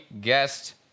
Guest